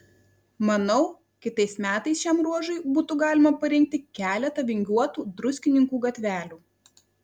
manau kitais metais šiam ruožui būtų galima parinkti keletą vingiuotų druskininkų gatvelių